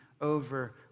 over